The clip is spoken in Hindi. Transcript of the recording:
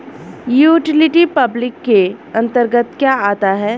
यूटिलिटी पब्लिक के अंतर्गत क्या आता है?